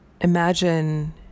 imagine